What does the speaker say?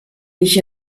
ich